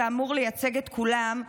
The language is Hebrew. שאמור לייצג את כולם,